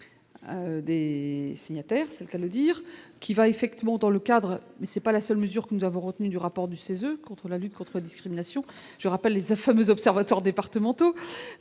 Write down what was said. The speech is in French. de désigner. C'est ça veut dire qu'il va effectivement dans le cadre, mais ce n'est pas la seule mesure nous avons retenu du rapport du CESE contre la lutte contre discrimination, je rappelle les fameux observatoires départementaux,